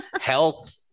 health